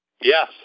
Yes